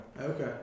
Okay